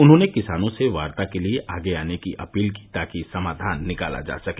उन्होंने किसानों से वार्ता के लिए आगे आने की अपील की ताकि समाधान निकाला जा सके